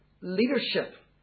leadership